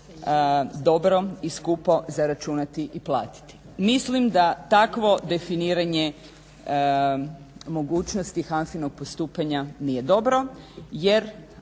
dobro i skupo zaračunati i platiti. Mislim da takvo definiranje mogućnosti HANFA-inog postupanja nije dobro jer